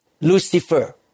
Lucifer